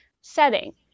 setting